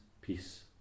peace